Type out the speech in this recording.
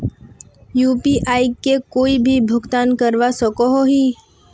UPI से कोई भी भुगतान करवा सकोहो ही?